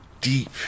deep